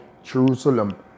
Jerusalem